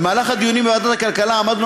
במהלך הדיונים בוועדת הכלכלה עמדנו